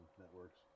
networks